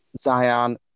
Zion